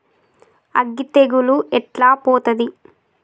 అగ్గి తెగులు ఎట్లా పోతది?